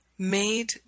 Made